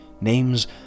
names